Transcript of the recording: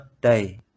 Day